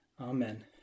Amen